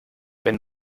wenn